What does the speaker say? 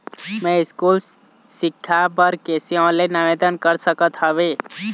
मैं स्कूल सिक्छा बर कैसे ऑनलाइन आवेदन कर सकत हावे?